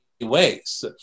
ways